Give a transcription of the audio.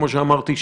כמו שאמרתי,